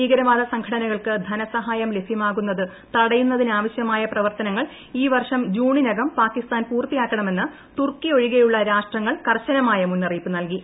ഭീകരവാദ സംഘടനകൾക്ക് ധനസഹായം ലഭ്യമാകുന്നത് തടയുന്നതിനാവശ്യമായ പ്രവർത്തനങ്ങൾ ഈ വർഷം ജൂണിനകം പാകിസ്താൻ പൂർത്തിയാക്കണമെന്ന് തുർക്കി ഒഴികെയുളള രാഷ്ട്രങ്ങൾ കർശനമായ മുന്നറിയിപ്പ് നൽകി